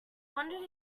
wondered